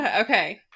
Okay